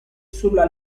sulla